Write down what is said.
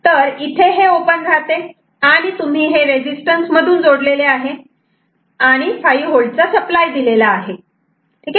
तर इथे हे ओपन रहाते आणि तुम्ही हे रेझिस्टन्स मधून जोडलेले आहे आणि 5V चा सप्लाय दिलेला आहे